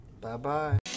Bye-bye